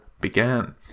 began